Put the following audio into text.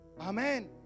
amen